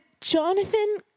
Jonathan